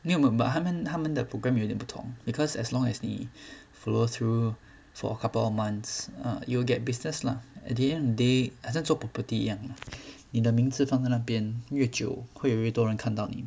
没有没有 but 他们他们的 program 有点不同 because as long as 你 follow through for a couple of months err you'll get business lah at the end they 很像做 property 一样你的名字放在那边越久会有越多人看到你